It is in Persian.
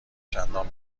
چندان